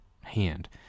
hand